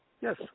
yes